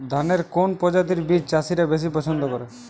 ধানের কোন প্রজাতির বীজ চাষীরা বেশি পচ্ছন্দ করে?